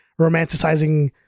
romanticizing